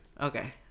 Okay